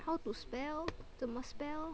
how to spell 怎么 spell